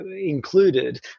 included